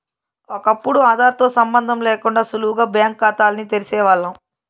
ఒకప్పుడు ఆదార్ తో సంబందం లేకుండా సులువుగా బ్యాంకు కాతాల్ని తెరిసేవాల్లం